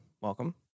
welcome